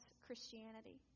Christianity